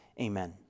amen